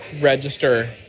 register